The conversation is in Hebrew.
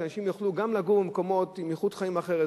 שאנשים יוכלו גם לגור במקומות עם איכות חיים אחרת,